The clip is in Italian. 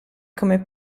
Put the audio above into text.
come